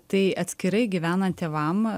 tai atskirai gyvenant tėvam